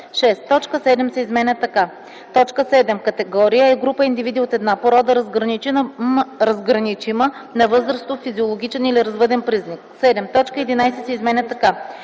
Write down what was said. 7 се изменя така: “7. ”Категория” е група индивиди от една порода, разграничима на възрастов, физиологичен или развъден признак.” 7. Точка 11 се изменя така: